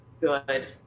good